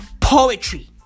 poetry